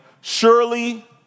Surely